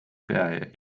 pea